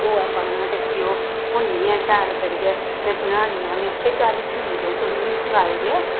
खोआ पाना ते फ्ही ओह् भुन्नियै शैल करियै ते बनानियां में आखेआ चल ठीक ऐ तुसें मिगी सिखाए ओड़ेआ